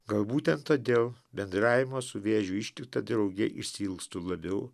gal būtent todėl bendravimo su vėžio ištikta drauge išsiilgstu labiau